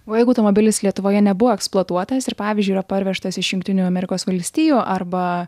o jeigu automobilis lietuvoje nebuvo eksploatuotas ir pavyzdžiui yra parvežtas iš jungtinių amerikos valstijų arba